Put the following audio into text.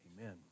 Amen